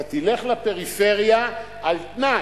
אתה תלך לפריפריה על-תנאי: